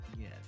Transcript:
Yes